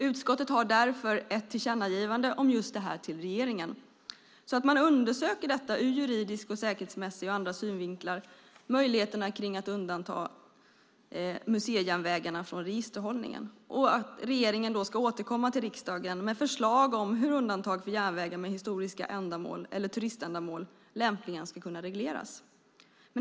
Utskottet har därför ett tillkännagivande till regeringen om just detta så att man undersöker möjligheterna att undanta museijärnvägarna från registerhållning ur juridiska, säkerhetsmässiga och andra synvinklar och att regeringen sedan återkommer till riksdagen med förslag om hur undantag för järnvägar med historiska ändamål eller turiständamål lämpligen ska kunna regleras.